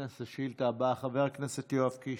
השאילתה הבאה, חבר הכנסת יואב קיש,